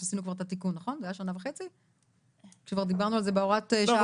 כבר דיברנו על זה בהוראת השעה הקודמת.